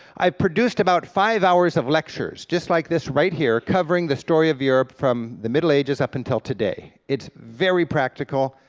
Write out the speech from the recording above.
i produced about five hours of lectures, just like this right here, covering the story of europe from the middle ages up until today. it's very practical,